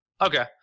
Okay